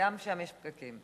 גם שם יש פקקים.